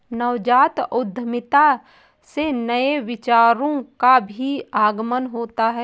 नवजात उद्यमिता से नए विचारों का भी आगमन होता है